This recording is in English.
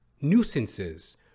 nuisances